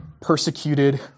persecuted